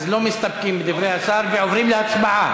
אז לא מסתפקים בדברי השר ועוברים להצבעה.